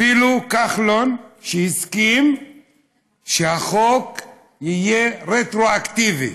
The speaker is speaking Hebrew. אפילו כחלון, שהסכים שהחוק יהיה רטרואקטיבי,